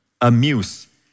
Amuse